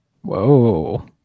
Whoa